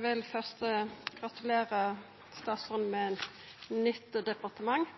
vil først gratulera statsråden med eit nytt departement.